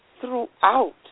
throughout